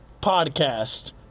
podcast